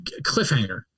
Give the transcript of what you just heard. cliffhanger